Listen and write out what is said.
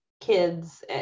kids